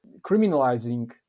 criminalizing